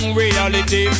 reality